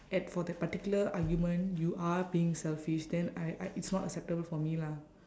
at for that particular argument you are being selfish then I I it's not acceptable for me lah